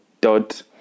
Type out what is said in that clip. dot